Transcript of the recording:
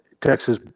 Texas